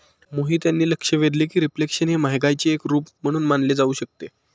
मोहित यांनी लक्ष वेधले की रिफ्लेशन हे महागाईचे एक रूप म्हणून मानले जाऊ शकते